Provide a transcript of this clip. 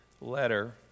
letter